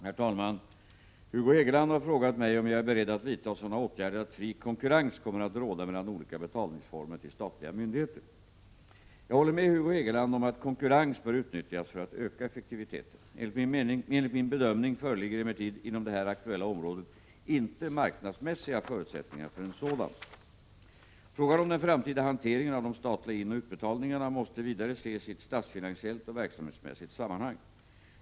Herr talman! Hugo Hegeland har frågat mig om jag är beredd att vidta sådana åtgärder att fri konkurrens kommer att råda mellan olika betalningsformer till statliga myndigheter. Jag håller med Hugo Hegeland om att konkurrens bör utnyttjas för att öka effektiviteten. Enligt min bedömning föreligger emellertid inom det här aktuella området inte marknadsmässiga förutsättningar för en sådan. Frågan om den framtida hanteringen av de statliga inoch utbetalningarna måste vidare ses i ett statsfinansiellt och verksamhetsmässigt sammanhang.